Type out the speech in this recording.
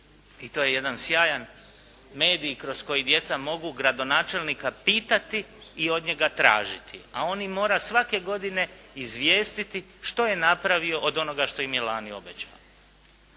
i to je jedan sjajan medij kroz koji djeca mogu gradonačelnika pitati i od njega tražiti, a on ih mora svake godine izvijestiti što je napravio od onoga što im je lani obećao.